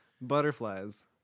Butterflies